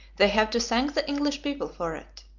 they have to thank the english people for it.